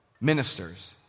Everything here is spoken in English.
ministers